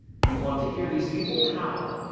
you want to hear these people howl.